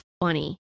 funny